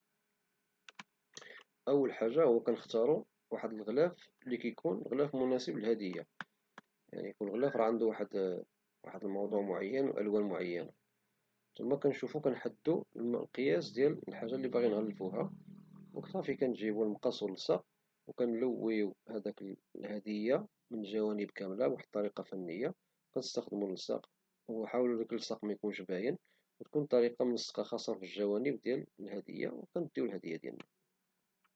اول حاجة هو كتختارو اللي كيكون غلاف مناسب للهدية يعني يكون غلاف راه عندو واحد الموضوع معين او الوان معينة ثم كنشوفو كنحددو القياس ديال الحاجة اللي كنبغيو نغلفوها او صافي كنجيبو المقص او اللصاق او كلويو هداك الهدية من الجوانب كاملة بواحد الطريقة فنية كنستخدمو اللصاق او نحاولو داك اللصاق ميكونش باين او تكون الطريقة ملصقة خاصة في الجوانب ديال الهدية وكنديو الهدية ديالنا